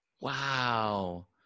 wow